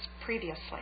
previously